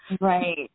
right